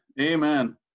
Amen